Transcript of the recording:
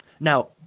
Now